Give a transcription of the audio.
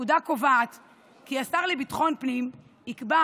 הפקודה קובעת כי השר לביטחון פנים יקבע,